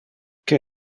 que